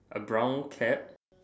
A brown cap